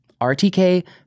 RTK